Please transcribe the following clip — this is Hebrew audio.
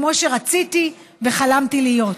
כמו שרציתי וחלמתי להיות.